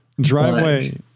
Driveway